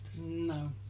No